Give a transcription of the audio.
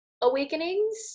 awakenings